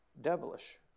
devilish